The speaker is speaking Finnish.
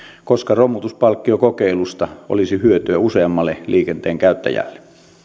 koska romutuspalkkiokokeilusta olisi hyötyä useammalle liikenteen käyttäjälle